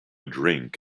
drink